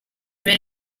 been